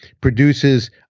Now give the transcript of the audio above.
produces